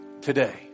today